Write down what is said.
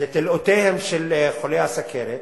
של חולי הסוכרת,